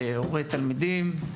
הורי תלמידים,